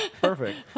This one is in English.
Perfect